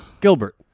Gilbert